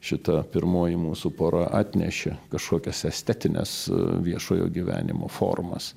šita pirmoji mūsų pora atnešė kažkokias estetines viešojo gyvenimo formas